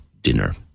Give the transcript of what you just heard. dinner